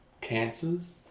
cancers